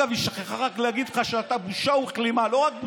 היא שכחה רק להגיד לך שאתה בושה וכלימה.